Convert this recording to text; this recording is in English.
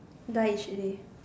die each a day